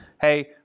hey